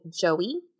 Joey